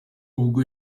ubwo